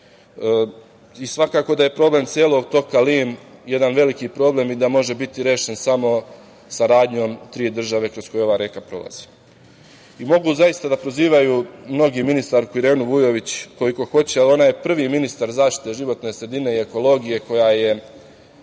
Svakako da je problem celog toka Lim jedan veliki problem i da može biti rešen saradnjom tri države kroz koje ova reka prolazi. Mogu zaista da prozivaju mnogi ministarku Irenu Vujović koliko hoće, ali ona je prvi ministar zaštite životne sredine i ekologije koja